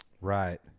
Right